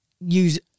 use